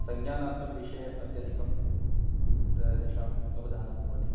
संज्ञानात्मकविषये अत्यधिकं ते तेषाम् अवधानं भवति